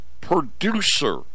producer